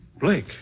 Blake